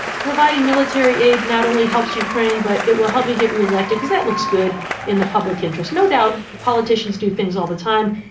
providing military aid not only helps ukraine, but it will help me get re-elected because that looks good in the public interest, no doubt. politicians do things all the time,